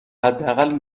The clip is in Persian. حداقل